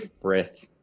breath